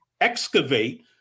excavate